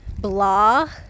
blah